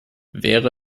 wäre